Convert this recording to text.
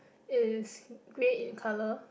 is grey in colour